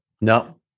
No